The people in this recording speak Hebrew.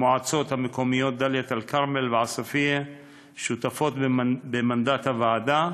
המועצות המקומיות דאלית-אלכרמל ועוספיא שותפות במנדט הוועדה,